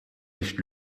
nicht